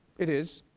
it is.